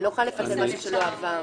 אני לא יכולה לפצל משהו שלא עבר.